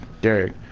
Derek